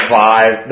five